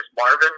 marvin